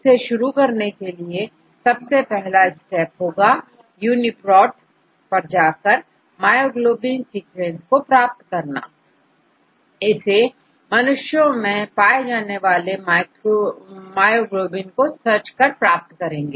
इसे शुरू करने के लिए सबसे पहले पहला स्टेप होगा यूनीप्रोत पर जाकर मायोग्लोबिन सीक्वेंस को प्राप्त करना इसे मनुष्य में पाए जाने वाले मायोग्लोबिन को सर्च कर प्राप्त करेंगे